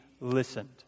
listened